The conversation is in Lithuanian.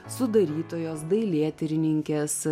sudarytojos dailėtyrininkės